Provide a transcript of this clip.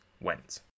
went